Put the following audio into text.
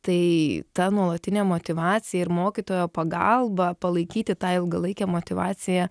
tai ta nuolatinė motyvacija ir mokytojo pagalba palaikyti tą ilgalaikę motyvaciją